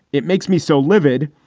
it makes me so livid.